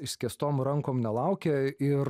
išskėstom rankom nelaukė ir